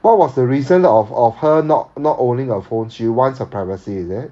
what was the reason of of her not not owning a phone she wants her privacy is it